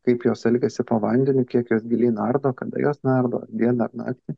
kaip jos elgiasi po vandeniu kiek jos giliai nardo kada jos nardo ar dieną ar naktį